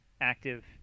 active